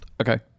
Okay